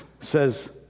says